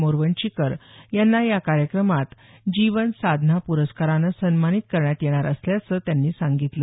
मोरवंचीकर यांना या कार्यक्रमात जीवनसाधना प्रस्कारानं सन्मानित करण्यात येणार असल्याचं त्यांनी सांगितलं